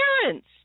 parents